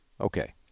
Okay